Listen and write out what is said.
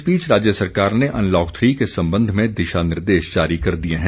इस बीच राज्य सरकार ने अनलॉक थ्री के संबंध में दिशा निर्देश जारी कर दिए हैं